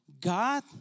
God